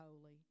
holy